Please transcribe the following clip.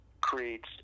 creates